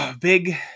Big